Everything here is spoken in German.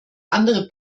andere